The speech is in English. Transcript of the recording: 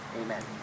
Amen